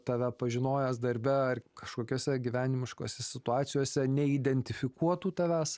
tave pažinojęs darbe ar kažkokiose gyvenimiškose situacijose neidentifikuotų tavęs